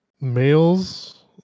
males